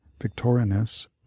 Victorinus